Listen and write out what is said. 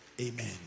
Amen